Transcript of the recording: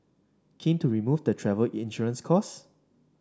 keen to remove the travel insurance costs